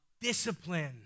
Discipline